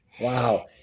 Wow